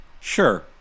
sure